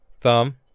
Thumb